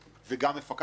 וגם מפקחת עליהם?